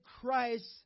Christ